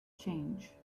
change